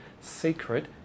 secret